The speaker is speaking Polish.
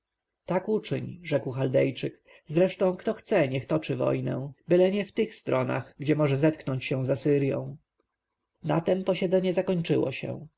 tak uczyń rzekł chaldejczyk zresztą kto chce niech toczy wojnę byle nie w tych stronach gdzie może zetknąć się z asyrją na tem posiedzenie zakończyło się